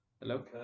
Hello